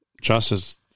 justice